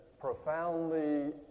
profoundly